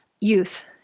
youth